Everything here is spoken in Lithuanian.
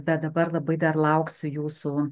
bet dabar labai dar lauksiu jūsų